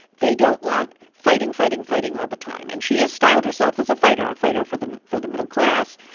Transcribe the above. they don't want fighting, fighting, fighting all the time. and she has styled herself as a fighter, a fighter for the for the middle class.